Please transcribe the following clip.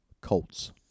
Colts